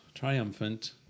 Triumphant